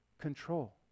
Control